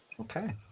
Okay